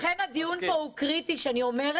נכון, לכן הדיון פה הוא קריטי, רם.